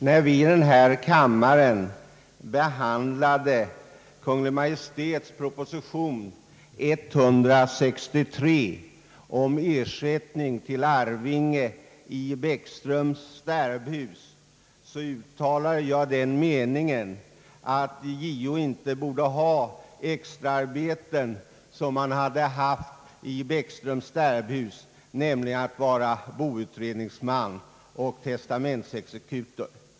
När vi i denna kammare behandlade Kungl. Maj:ts proposition om ersättning till arvinge i Bäckströms sterbhus, uttalade jag den meningen att JO inte borde ha extraarbeten av det slag som han hade haft i Bäckströms sterbhus, där han varit boutredningsman och testamentsexekutor.